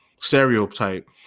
stereotype